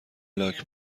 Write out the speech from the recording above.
لاک